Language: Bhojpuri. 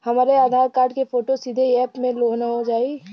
हमरे आधार कार्ड क फोटो सीधे यैप में लोनहो जाई?